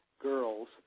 girls